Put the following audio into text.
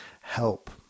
help